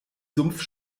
sumpf